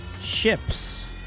ships